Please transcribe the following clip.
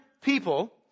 people